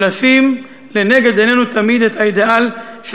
ולשים לנגד עינינו תמיד את האידיאל של